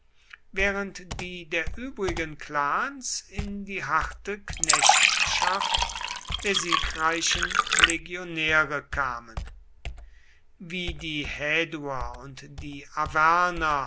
während die der übrigen clans in die harte knechtschaft der siegreichen legionäre kamen wie die häduer und die